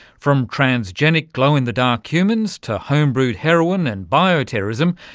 from transgenic glow-in-the dark humans, to home-brewed heroin, and bioterrorism,